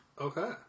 Okay